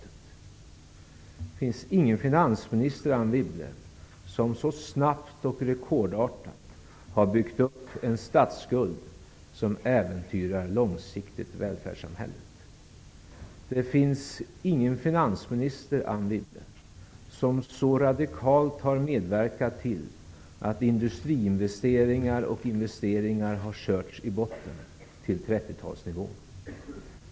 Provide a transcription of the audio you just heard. Det har inte funnits någon finansminister, Anne Wibble, som så snabbt och rekordartat har byggt upp en statsskuld som långsiktigt äventyrar välfärdssamhället. Det har inte funnits någon finansminister, Anne Wibble, som så radikalt har medverkat till att industriinvesteringar och andra investeringar har körts i botten, till 30-talsnivå.